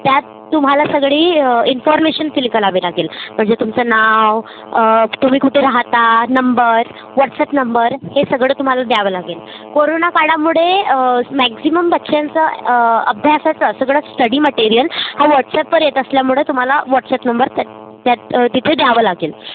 त्यात तुम्हाला सगळी इन्फॉर्मेशन फिल करावी लागेल म्हणजे तुमचं नाव तुम्ही कुठे राहता नंबर व्हॉटसअप नंबर हे सगळं तुम्हाला द्यावं लागेल कोरोना काळामुळे मॅक्झिमम बच्चांचं अभ्यासाचं सगळं स्टडी मटेरिअल हा व्हॉटसअपवर येत असल्यामुळे तुम्हाला व्हॉटसअप नंबर त्या त्यात तिथे द्यावं लागेल